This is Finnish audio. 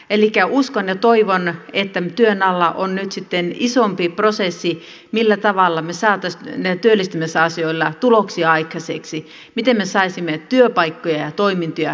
elikkä uskon ja toivon että työn alla on nyt sitten isompi prosessi millä tavalla me saisimme näillä työllistämisasioilla tuloksia aikaiseksi miten me saisimme työpaikkoja ja toimintoja tuloja